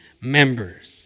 members